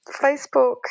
Facebook